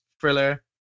thriller